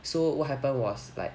so what happened was like